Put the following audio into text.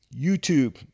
YouTube